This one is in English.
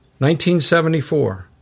1974